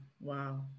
Wow